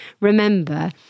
Remember